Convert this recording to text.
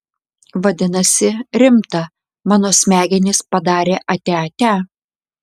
vadinasi rimta mano smegenys padarė atia atia